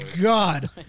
god